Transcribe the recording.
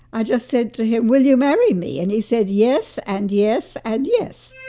i just said to him, will you marry me? and he said, yes and yes and yes.